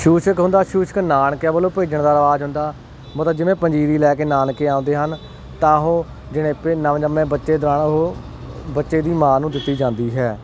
ਛੂਛਕ ਹੁੰਦਾ ਛੂਛਕ ਨਾਨਕਿਆਂ ਵਲੋਂ ਭੇਜਣ ਦਾ ਰਿਵਾਜ਼ ਹੁੰਦਾ ਮਤਲਬ ਜਿਵੇਂ ਪੰਜੀਰੀ ਲੈ ਕੇ ਨਾਨਕੇ ਆਉਂਦੇ ਹਨ ਤਾਂ ਉਹ ਜਣੇਪੇ ਨਵਜੰਮੇ ਬੱਚੇ ਦੌਰਾਨ ਉਹ ਬੱਚੇ ਦੀ ਮਾਂ ਨੂੰ ਦਿੱਤੀ ਜਾਂਦੀ ਹੈ